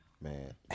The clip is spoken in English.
Man